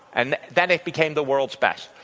and then it became the world's best.